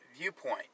viewpoint